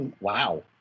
Wow